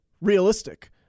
realistic